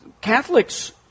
Catholics